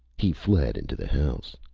he fled into the house.